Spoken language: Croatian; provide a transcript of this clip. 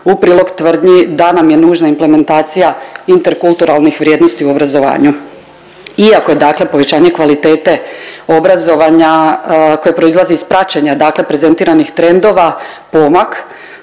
u prilog tvrdnji da nam je nužna implementacija interkulturalnih vrijednosti u obrazovanju. Iako je dakle povećanje kvalitete obrazovanja koje proizlazi iz praćenja dakle prezentiranih trendova pomak